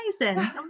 amazing